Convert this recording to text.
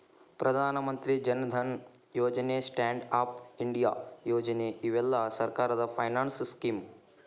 ಪ್ರಧಾನ ಮಂತ್ರಿ ಜನ್ ಧನ್ ಯೋಜನೆ stand up India ಯೋಜನೆ ಇವೆಲ್ಲ ಸರ್ಕಾರದ ಫೈನಾನ್ಸ್ ಸ್ಕೇಮ್